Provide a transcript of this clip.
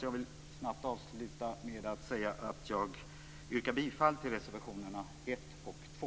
Jag vill därför snabbt avsluta med att säga att jag yrkar bifall till reservationerna 1 och 2.